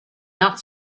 not